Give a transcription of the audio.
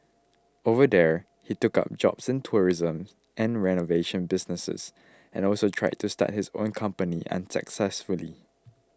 over there he took up jobs in tourism and renovation businesses and also tried to start his own company unsuccessfully